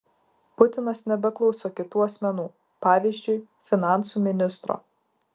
putinas nebeklauso kitų asmenų pavyzdžiui finansų ministro